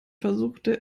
versuchte